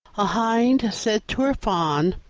a hind said to her fawn,